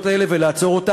לעשוק את